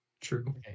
True